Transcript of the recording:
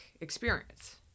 experience